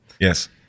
Yes